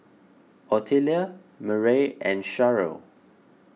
Ottilia Murray and Sharyl